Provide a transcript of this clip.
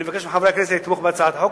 אני מבקש מחברי הכנסת לתמוך בהצעת החוק